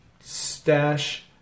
stash